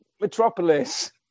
Metropolis